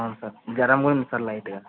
అవును సార్ జ్వరం కూడా ఉంది సార్ లైట్గా